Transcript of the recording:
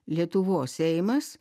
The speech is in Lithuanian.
lietuvos seimas